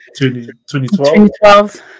2012